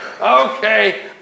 Okay